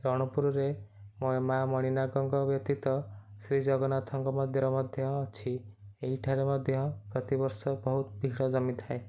ରଣପୁରରେ ମା'ମଣିନାଗଙ୍କ ବ୍ୟତୀତ ଶ୍ରୀ ଜଗନ୍ନାଥଙ୍କ ମନ୍ଦିର ମଧ୍ୟ ଅଛି ଏହିଠାରେ ମଧ୍ୟ ପ୍ରତିବର୍ଷ ବହୁତ ଭିଡ଼ ଜମିଥାଏ